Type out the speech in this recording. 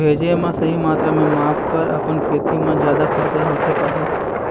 भेजे मा सही मात्रा के माप कर अपन खेती मा जादा फायदा होथे पाही?